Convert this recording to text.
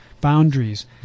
boundaries